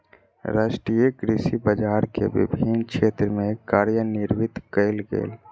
राष्ट्रीय कृषि बजार के विभिन्न क्षेत्र में कार्यान्वित कयल गेल